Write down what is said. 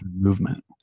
movement